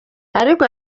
ariko